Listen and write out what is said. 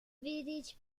village